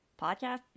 Podcast